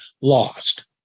lost